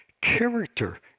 character